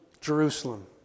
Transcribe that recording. Jerusalem